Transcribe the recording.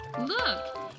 look